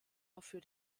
dafür